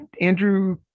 Andrew